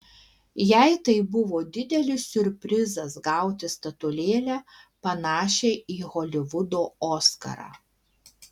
jai tai buvo didelis siurprizas gauti statulėlę panašią į holivudo oskarą